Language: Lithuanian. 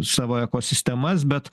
savo ekosistemas bet